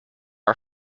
are